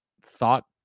thought